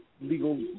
legal